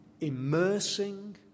immersing